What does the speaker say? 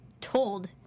told